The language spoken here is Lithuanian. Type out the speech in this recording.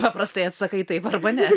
paprastai atsakai taip arba ne